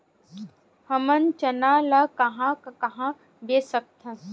हमन चना ल कहां कहा बेच सकथन?